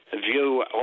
view